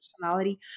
personality